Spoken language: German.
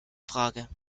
frage